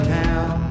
town